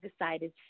decided